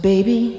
Baby